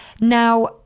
now